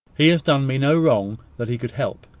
he has done me no wrong that he could help.